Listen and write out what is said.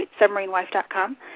submarinewife.com